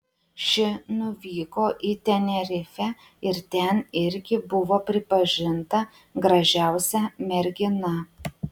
ši nuvyko į tenerifę ir ten irgi buvo pripažinta gražiausia mergina